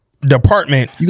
department